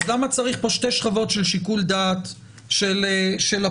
אז למה צריך פה שתי שכבות של שיקול דעת של הפרקליטות?